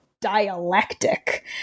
dialectic